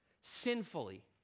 sinfully